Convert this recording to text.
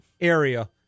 area